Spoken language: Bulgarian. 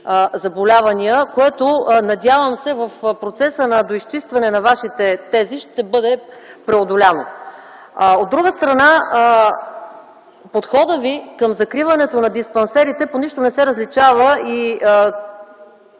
заболявания, което надявам се, в процеса на доизчистване на вашите тези ще бъде преодоляно. От друга страна, подходът Ви към закриването на диспансерите по нищо не се различава